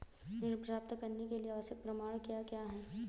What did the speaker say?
ऋण प्राप्त करने के लिए आवश्यक प्रमाण क्या क्या हैं?